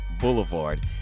Boulevard